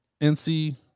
NC